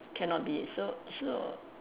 cannot be so so